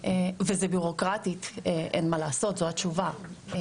בירוקרטית התשובה היא: